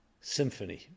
symphony